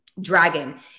dragon